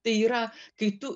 tai yra kai tu